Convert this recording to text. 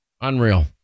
Unreal